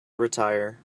retire